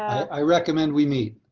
i recommend we meet.